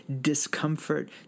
discomfort